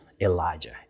Elijah